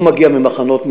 הוא מגיע ממחנות,